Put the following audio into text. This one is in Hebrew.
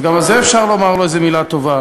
אז גם על זה אפשר לומר לו איזו מילה טובה.